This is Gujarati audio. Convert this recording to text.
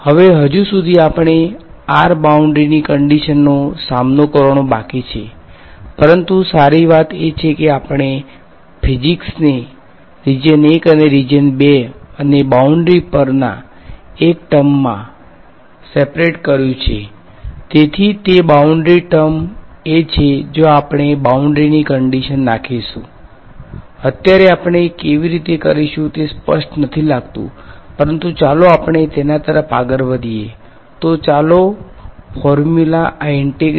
હવે હજુ સુધી આપણે r બાઉંડ્રી ની કંડીશનનો સામનો કરવાનો બાકી છે પરંતુ સારી વાત એ છે કે આપણે ફીઝેકસને રીજીયન 1 અને રીજીયન 2 અને બાઉંડ્રી પરના એક ટર્મમા સેપરેટ